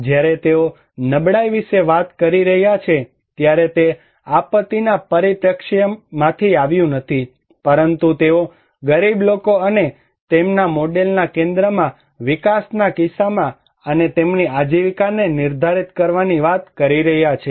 જ્યારે તેઓ નબળાઈ વિશે વાત કરી રહ્યા છે ત્યારે તે આપત્તિના પરિપ્રેક્ષ્યમાંથી આવ્યું નથી પરંતુ તેઓ ગરીબ લોકો અને તેમના મોડેલના કેન્દ્રમાં વિકાસના કિસ્સામાં અને તેમની આજીવિકાને નિર્ધારિત કરવાની વાત કરી રહ્યા છે